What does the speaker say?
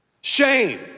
shame